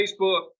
Facebook